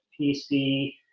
PC